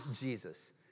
Jesus